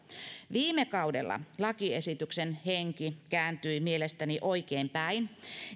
viime kaudella lakiesityksen henki kääntyi mielestäni oikein päin